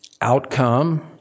outcome